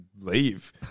leave